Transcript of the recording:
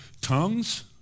tongues